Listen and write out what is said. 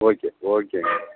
okay okay